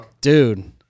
Dude